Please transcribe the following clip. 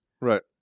Right